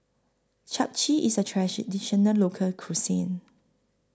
Chap Chai IS A Local Cuisine